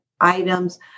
items